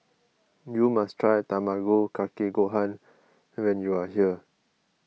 you must try Tamago Kake Gohan when you are here